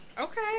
Okay